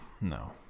no